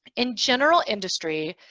in general industry,